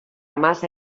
massa